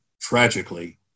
tragically